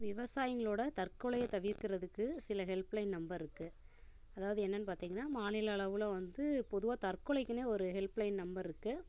விவசாயிங்களோடய தற்கொலையை தவிர்க்கிறதுக்கு சில ஹெல்ப்லைன் நம்பர் இருக்குது அதாவது என்னன்னு பார்த்திங்கன்னா மாநில அளவில் வந்து பொதுவாக தற்கொலைக்குனே ஒரு ஹெல்ப்லைன் நம்பர் இருக்குது